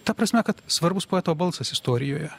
ta prasme kad svarbus poeto balsas istorijoje